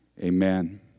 amen